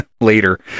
later